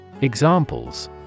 Examples